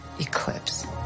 eclipse